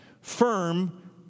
Firm